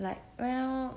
like right now